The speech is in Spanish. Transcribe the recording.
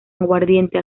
aguardiente